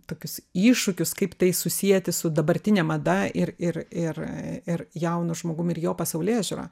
tokius iššūkius kaip tai susieti su dabartine mada ir ir ir ir jaunu žmogum ir jo pasaulėžiūra